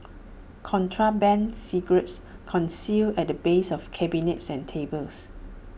contraband cigarettes concealed at the base of cabinets and tables